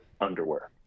underwear